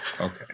okay